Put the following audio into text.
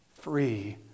free